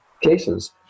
cases